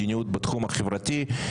מדיניות בתחום החברתי,